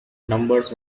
numbers